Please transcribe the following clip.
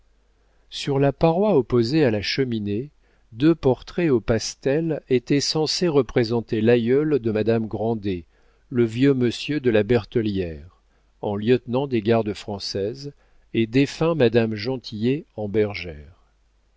sur la paroi opposée à la cheminée deux portraits au pastel étaient censés représenter l'aïeul de madame grandet le vieux monsieur de la bertellière en lieutenant des gardes françaises et défunt madame gentillet en